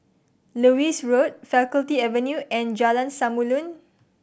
Lewis Road Faculty Avenue and Jalan Samulun